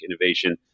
innovation